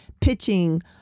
pitching